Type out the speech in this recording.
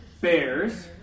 bears